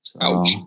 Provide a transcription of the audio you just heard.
Ouch